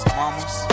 mamas